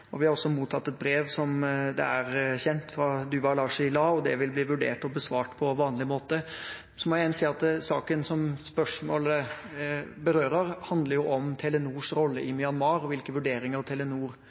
og parter. Vi har som kjent også mottatt et brev fra Duwa Lashi La , og det vil bli vurdert og besvart på vanlig måte. Jeg må igjen si at saken som spørsmålet berører, handler om Telenors rolle i